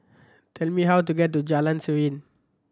tell me how to get to Jalan Serene